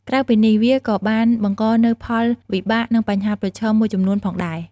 ក្រៅពីនេះវាក៏បានបង្កនូវផលវិបាក និងបញ្ហាប្រឈមមួយចំនួនផងដែរ។